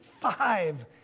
Five